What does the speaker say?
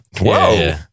whoa